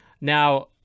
Now